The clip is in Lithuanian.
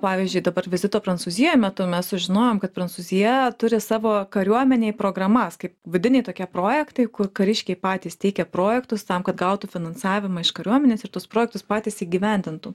pavyzdžiui dabar vizito prancūzijoj metu mes sužinojom kad prancūzija turi savo kariuomenėj programas kaip vidiniai tokie projektai kur kariškiai patys teikia projektus tam kad gautų finansavimą iš kariuomenės ir tuos projektus patys įgyvendintų